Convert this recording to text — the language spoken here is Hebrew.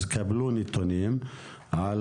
אז קבלו נתונים על